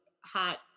hot